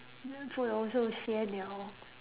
food also sian [liao]